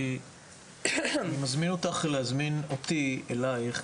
אני מזמין אותך להזמין אותי אלייך,